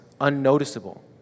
unnoticeable